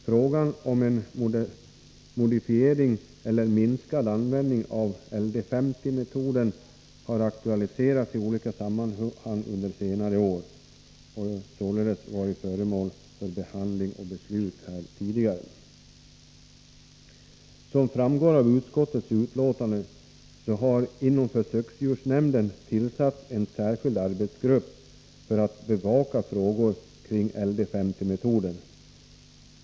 Frågan om en modifierad eller minskad användning av LDS50-metoden har aktualiserats i olika sammanhang under senare år och således varit föremål för behandling och beslut tidigare. Som framgår av utskottets utlåtande har inom försöksdjursnämnden tillsatts en särskild arbetsgrupp för att bevaka frågor kring LD50-metoden.